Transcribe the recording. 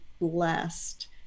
blessed